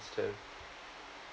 instead